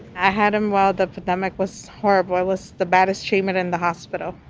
i had him. while the epidemic was horrible, i was the baddest treatment in the hospital.